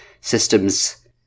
system's